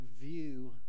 view